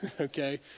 Okay